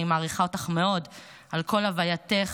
אני מעריכה אותך מאוד על כל הווייתך,